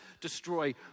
destroy